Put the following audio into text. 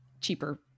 cheaper